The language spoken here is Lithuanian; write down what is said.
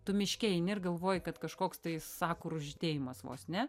tu miške eini ir galvoji kad kažkoks tai sakurų žydėjimas vos ne